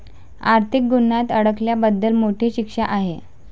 आर्थिक गुन्ह्यात अडकल्याबद्दल मोठी शिक्षा आहे